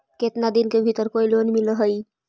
केतना दिन के भीतर कोइ लोन मिल हइ?